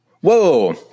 Whoa